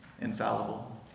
infallible